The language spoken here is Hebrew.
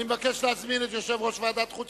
אני מבקש להזמין את יושב-ראש ועדת החוץ